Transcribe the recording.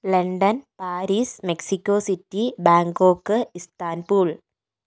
London Paris Mexico city Bangkok Istanbul